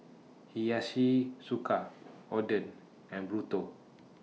Hiyashi Chuka Oden and Burrito